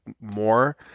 more